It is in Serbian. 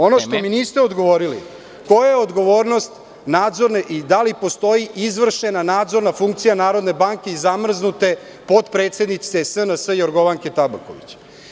Ono što mi niste odgovorili jeste koja je odgovornost nadzorne i da li postoji izvršena nadzorna funkcija Narodne banke i zamrznute potpredsednice SNS, Jorgovanke Tabaković?